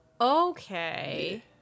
okay